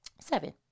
Seven